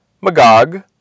Magog